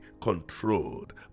controlled